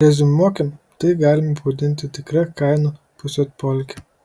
reziumuokim tai galima pavadinti tikra kainų pasiutpolke